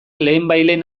lehenbailehen